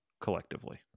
collectively